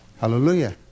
Hallelujah